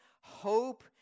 hope